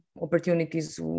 opportunities